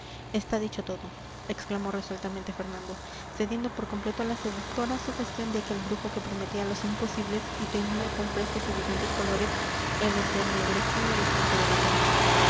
tierras está dicho todo exclamó resueltamente fernando cediendo por completo a la seductora sugestión de aquel brujo que prometía los imposibles y teñía con frescos y brillantes colores el entenebrecido horizonte de la política